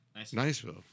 Niceville